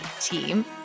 team